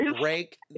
break